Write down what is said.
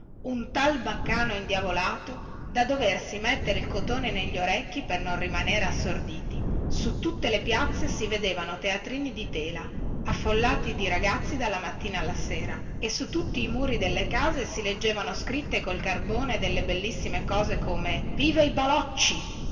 un tal baccano indiavolato da doversi mettere il cotone negli orecchi per non rimanere assorditi su tutte le piazze si vedevano teatrini di tela affollati di ragazzi dalla mattina alla sera e su tutti i muri delle case si leggevano scritte col carbone delle bellissime cose come queste viva i balocci